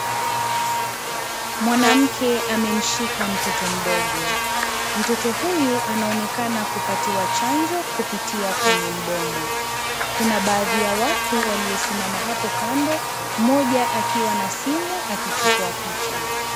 Mwanamke amemshika mtoto mdogo, mtoto huyu anaonekana kupatiwa chanjo kupitia kwenye mdomo. Kuna baadhi ya watu waliosimama hapo kando mmoja akiwa na simu akichukua picha.